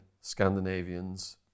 Scandinavians